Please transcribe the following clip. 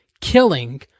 killing